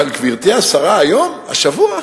אבל, גברתי השרה, היום, השבוע?